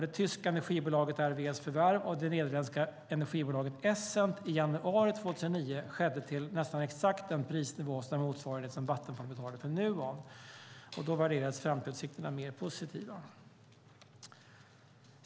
Det tyska energibolaget RWE:s förvärv av det nederländska energibolaget Essent i januari 2009 skedde till nästan exakt det pris som motsvarar det som Vattenfall betalade för Nuon, och då var framtidsutsikterna mer positiva.